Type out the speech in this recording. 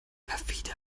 perfide